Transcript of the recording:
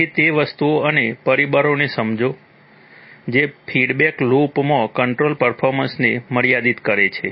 તેથી તે વસ્તુઓ અને પરિબળોને સમજો જે ફીડબેક લૂપ માં કંટ્રોલ પર્ફોર્મન્સને મર્યાદિત કરે છે